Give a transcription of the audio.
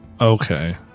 Okay